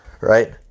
Right